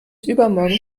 übermorgen